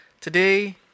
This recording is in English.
Today